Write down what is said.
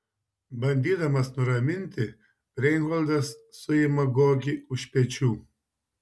bandydamas nuraminti reinholdas suima gogį už pečių